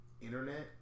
internet